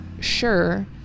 Sure